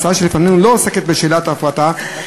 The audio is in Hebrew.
ההצעה שלפנינו לא עוסקת בשאלת ההפרטה,